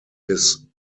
his